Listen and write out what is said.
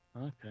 Okay